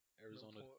Arizona